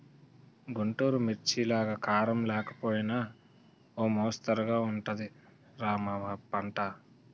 గుంటూరు మిర్చిలాగా కారం లేకపోయినా ఓ మొస్తరుగా ఉంటది రా మా పంట